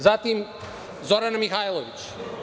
Zatim, Zorana Mihajlović.